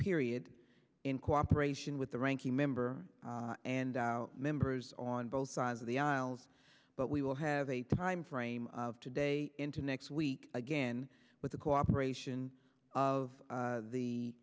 period in cooperation with the ranking member and members on both sides of the aisles but we will have a time frame of today into next week again with the cooperation of